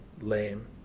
lame